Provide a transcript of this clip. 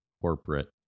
corporate